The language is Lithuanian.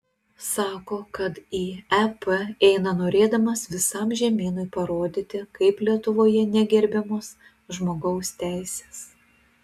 sako kad į ep eina norėdamas visam žemynui parodyti kaip lietuvoje negerbiamos žmogaus teisės